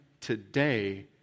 today